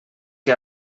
que